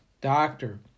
doctor